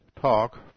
talk